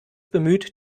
bemüht